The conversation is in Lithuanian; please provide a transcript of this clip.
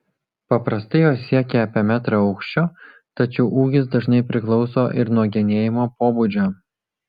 paprastai jos siekia apie metrą aukščio tačiau ūgis dažnai priklauso ir nuo genėjimo pobūdžio